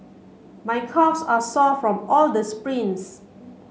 my calves are sore from all the sprints